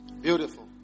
Beautiful